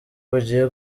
bugiye